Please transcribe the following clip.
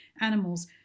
animals